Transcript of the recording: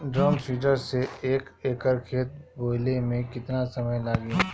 Drum seeder से एक एकड़ खेत बोयले मै कितना समय लागी?